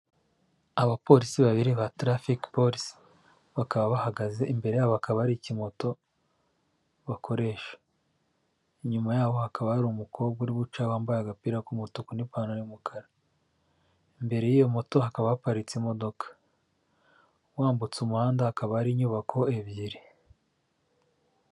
Abapolisi babiri ba tarafiki polici bakaba bahagaze imbere yabo hakaba hari ikimoto bakoresha inyuma yaho hakaba hari umukobwa uri kuhaca wambaye agapira k'umutuku n'ipantaro y'umukara imbere y'iyo moto hakaba haparitse imodoka wambutse umuhanda hakaba hari inyubako ebyiri.